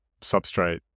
substrate